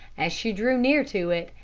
as she drew near to it,